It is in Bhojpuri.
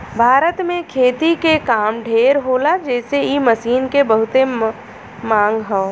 भारत में खेती के काम ढेर होला जेसे इ मशीन के बहुते मांग हौ